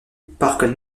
parc